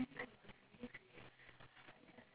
I have a feeling you will be booked for years eh